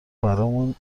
برامون